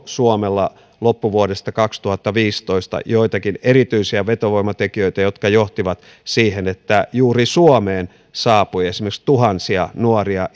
suomella loppuvuodesta kaksituhattaviisitoista joitakin erityisiä vetovoimatekijöitä jotka johtivat siihen että juuri suomeen saapui esimerkiksi tuhansia nuoria